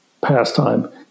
pastime